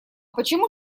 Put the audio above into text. почему